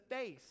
face